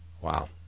Wow